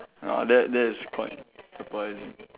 ah that that is quite surprising